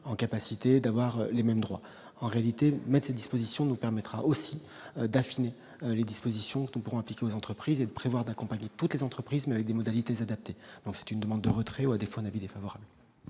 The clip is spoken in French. en capacité d'avoir les mêmes droits, en réalité, mais ces dispositions nous permettra aussi d'affiner les dispositions pourrons appliquer aux entreprises et de prévoir d'accompagner toutes les entreprises, mais avec des modalités adaptées, donc c'est une demande de retrait ou à défaut un avis défavorable.